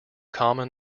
common